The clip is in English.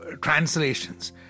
translations